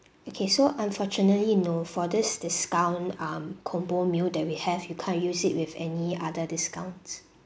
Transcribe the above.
okay so unfortunately no for this discount um combo meal that we have you can't use it with any other discounts